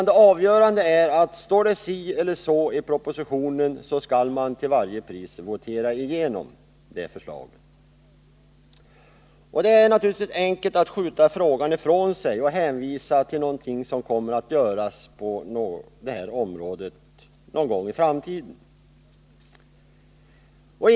Det avgörande är tydligen att om det står si eller så i propositionen, skall det förslaget till varje pris voteras igenom. Det är naturligtvis enkelt att skjuta frågan ifrån sig och hänvisa till någonting som någon gång i framtiden kommer att göras på detta område.